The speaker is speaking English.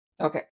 Okay